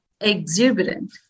Exuberant